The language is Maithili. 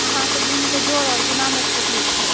अहाँके भिन्नके जोड़ आओर गुणामे तकलीफ छै